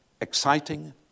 exciting